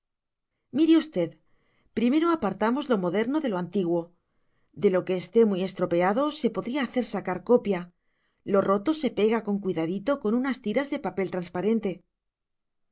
mire usted primero apartamos lo moderno de lo antiguo de lo que esté muy estropeado se podría hacer sacar copia lo roto se pega con cuidadito con unas tiras de papel transparente